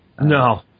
No